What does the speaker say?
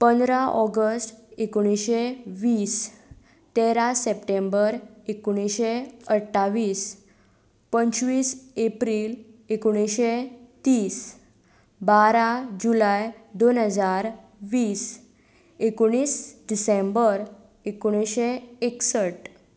पंदरा ऑगस्ट एकोणिशें वीस तेरा सॅप्टेंबर एकोण्शें अठ्ठावीस पंचवीस एप्रील एकोणिशें तीस बारा जुलाय दोन हजार वीस एकोणीस डिसेंबर एकोणिशें एकसट